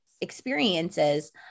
experiences